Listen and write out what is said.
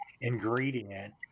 ingredient